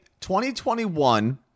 2021